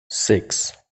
six